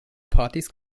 partys